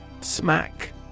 Smack